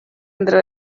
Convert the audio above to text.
entre